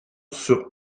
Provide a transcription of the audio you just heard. sur